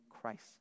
Christ